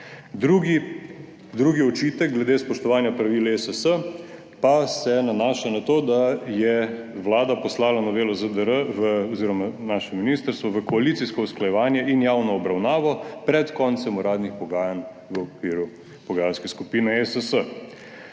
Drugi očitek glede spoštovanja pravil ESS pa se nanaša na to, da je vlada poslala novelo ZDR oziroma na naše ministrstvo v koalicijsko usklajevanje in javno obravnavo pred koncem uradnih pogajanj v okviru pogajalske skupine ESS.